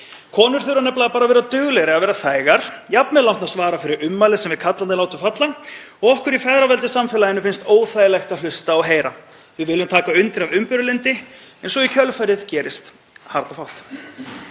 Konur þurfa nefnilega bara að vera duglegri að vera þægar, eru jafnvel látnar svara fyrir ummæli sem við karlarnir höfum látið falla og okkur í feðraveldissamfélaginu finnst óþægilegt að hlusta á og heyra. Við viljum taka undir af umburðarlyndi en svo í kjölfarið gerist harla fátt.